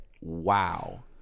wow